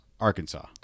Arkansas